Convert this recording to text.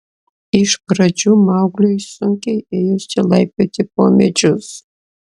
iš pradžių maugliui sunkiai ėjosi laipioti po medžius